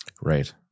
Right